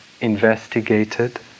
investigated